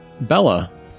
Bella